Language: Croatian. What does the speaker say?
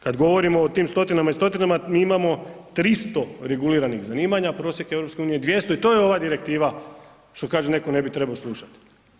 Kada govorimo o tim stotinama i stotinama mi imamo 300 reguliranih zanimanja a prosjek je EU 200 i to je ova direktiva što kaže netko ne bi trebao slušati.